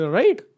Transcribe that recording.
right